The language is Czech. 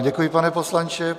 Děkuji, pane poslanče.